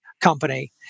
company